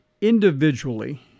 Individually